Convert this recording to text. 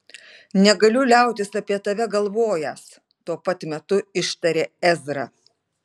negaliu liautis apie tave galvojęs tuo pat metu ištarė ezra